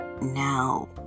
now